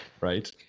Right